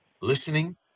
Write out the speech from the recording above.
listening